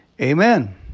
Amen